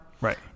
Right